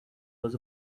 was